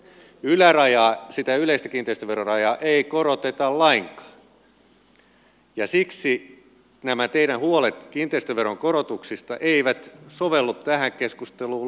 ylärajaa sitä yleistä kiinteistöverorajaa ei koroteta lainkaan ja siksi nämä teidän huolenne kiinteistöveron korotuksista eivät sovellu tähän keskusteluun lainkaan